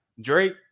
Drake